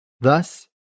Thus